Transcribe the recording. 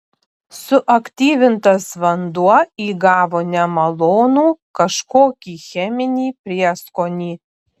suaktyvintas vanduo įgavo nemalonų kažkokį cheminį prieskonį